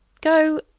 go